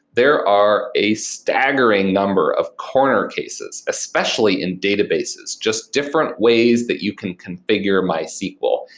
there are a staggering number of corner cases, especially in databases. just different ways that you can configure mysql,